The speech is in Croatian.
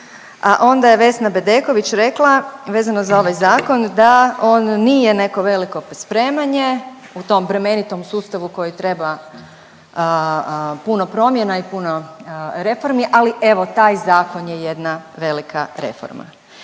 onda je Vesna Bedeković rekla vezano za ovaj zakon da on nije neko veliko pospremanje u tom bremenitom sustavu koji treba puno promjena i puno reformi, ali evo taj zakon je jedna velika reforma.